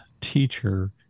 teacher